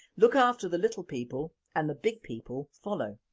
look after the little people and the big people follow.